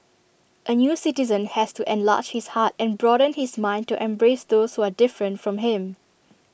A new citizen has to enlarge his heart and broaden his mind to embrace those who are different from him